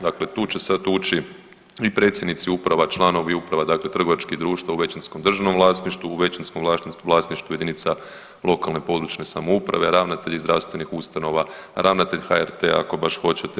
Dakle, tu će sada ući i predsjednici uprava, članovi uprava dakle trgovačkih društava u većinskom državnom vlasništvu, u većinskom vlasništvu jedinica lokalne i područne samouprave, ravnatelji zdravstvenih ustanova, ravnatelj HRT-a ako baš hoćete.